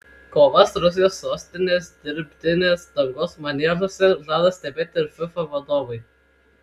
kovas rusijos sostinės dirbtinės dangos maniežuose žada stebėti ir fifa vadovai